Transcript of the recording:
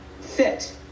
fit